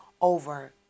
over